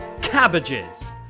cabbages